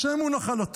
השם הוא נחלתו.